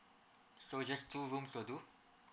so just two rooms will do